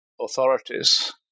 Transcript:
authorities